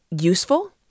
useful